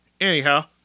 anyhow